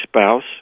spouse